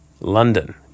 London